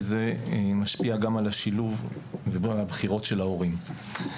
וזה משפיע גם על השילוב וגם על הבחירות של ההורים.